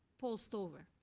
paul stover.